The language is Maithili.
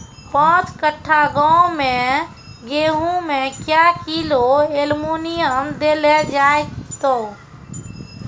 पाँच कट्ठा गांव मे गेहूँ मे क्या किलो एल्मुनियम देले जाय तो?